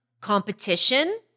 competition